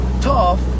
tough